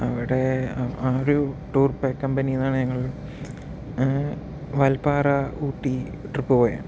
അവിടെ ആ ഒരു ടൂർ പാക്കറ്റ് കമ്പനിയാണ് ഞങ്ങൾ വാൽപാറ ഊട്ടി ട്രിപ്പ് പോയത്